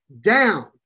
down